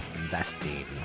investing